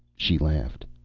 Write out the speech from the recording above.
she laughed.